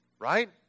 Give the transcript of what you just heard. Right